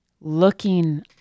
looking